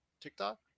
TikTok